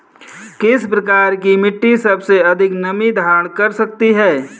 किस प्रकार की मिट्टी सबसे अधिक नमी धारण कर सकती है?